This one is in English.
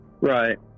Right